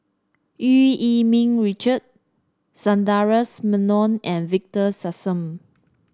Eu Yee Ming Richard Sundaresh Menon and Victor Sassoon